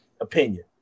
opinion